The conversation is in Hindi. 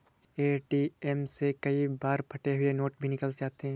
ए.टी.एम से कई बार फटे हुए नोट भी निकल जाते हैं